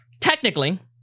technically